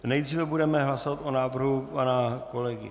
Nejdříve budeme hlasovat o návrhu pana kolegy